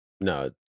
No